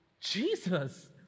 Jesus